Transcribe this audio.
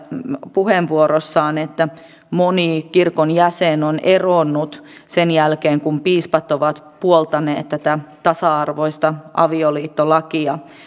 puheenvuorossaan että moni kirkon jäsen on eronnut sen jälkeen kun piispat ovat puoltaneet tätä tasa arvoista avioliittolakia